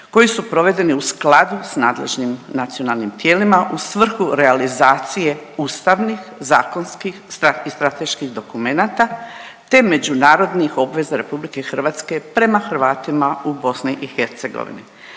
koji su provedeni u skladu s nadležnim nacionalnim tijelima u svrhu realizacije ustavnih, zakonskih i strateških dokumenata te međunarodnih obveza RH prema Hrvatima u BiH.